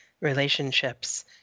relationships